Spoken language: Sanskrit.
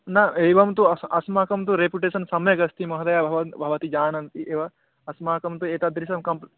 न एवं तु अस् अस्माकं तु रेपुटेशन् सम्यगस्ति महोदये भवान् भवती जानाति एव अस्माकं तु एतादृशं कम्प्